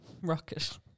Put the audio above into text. Rocket